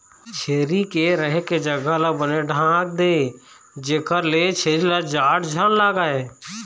छेरी के रहें के जघा ल बने ढांक दे जेखर ले छेरी ल जाड़ झन लागय